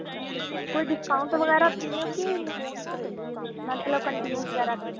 ਅੱਛਾ ਜੀ ਕੋਈ ਡਿਸਕਾਊਂਟ ਵਗੈਰਾ ਦਿੰਦੇ ਹੋ ਕਿ ਨਹੀਂ ਮਤਲਬ ਕੰਨਟੀਨ ਵਗੈਰਾ ਦੀ